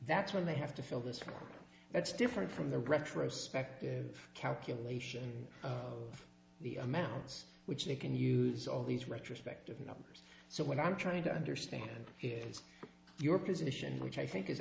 that's when they have to fill this gap that's different from the retrospective calculation of the amounts which they can use all these retrospective numbers so what i'm trying to understand is your position which i think i